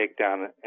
takedown